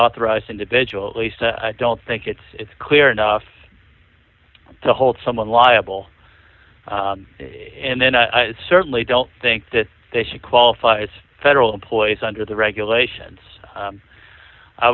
authorized individual at least i don't think it's clear enough to hold someone liable and then i certainly don't think that they should qualify as federal employees under the regulations